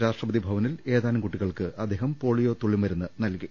രാഷ്ട്രപതി ഭവനിൽ ഏതാനും കുട്ടി കൾക്ക് അദ്ദേഹം പോളിയോ തുള്ളിമരുന്ന് നൽകി